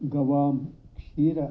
गवाम् क्षीरं